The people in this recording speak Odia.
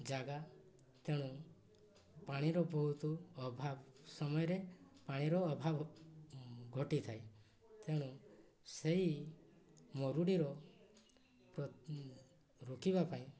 ଜାଗା ତେଣୁ ପାଣିର ବହୁତ ଅଭାବ ସମୟରେ ପାଣିର ଅଭାବ ଘଟିଥାଏ ତେଣୁ ସେଇ ମରୁଡ଼ିର ରୋକିବା ପାଇଁ